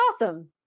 awesome